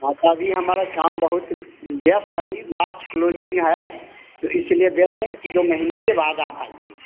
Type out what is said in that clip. हाँ तो अभी हमारा काम बहुत व्यस्त है अभी मार्च क्लोजिंग है तो इसलिए व्यस्त हैं एक दो महीने के बाद आप आइए